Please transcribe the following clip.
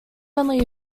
only